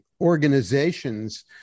organizations